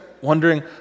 wondering